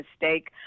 mistake